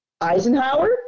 Eisenhower